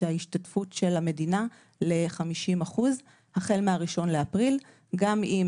ההשתתפות של המדינה ל- 50% החל מה- 1.4.2023. גם אם